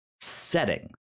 setting